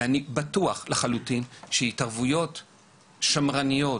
ואני בטוח לחלוטין שהתערבויות שמרניות,